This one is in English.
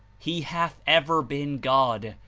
he hath ever been god,